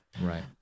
Right